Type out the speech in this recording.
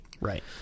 Right